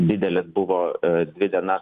didelės buvo dvi dienas